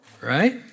right